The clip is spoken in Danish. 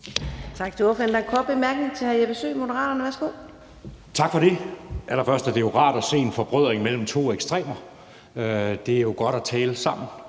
Tak for det. Allerførst er det jo rart at se en forbrødring mellem to ekstremer. Det er jo godt at tale sammen,